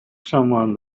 someone